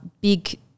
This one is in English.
big